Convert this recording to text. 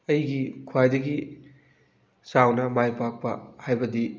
ꯑꯩꯒꯤ ꯈ꯭ꯋꯥꯏꯗꯒꯤ ꯆꯥꯎꯅ ꯃꯥꯏ ꯄꯥꯛꯄ ꯍꯥꯏꯕꯗꯤ